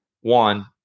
one